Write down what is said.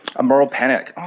a moral panic? oh